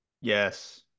Yes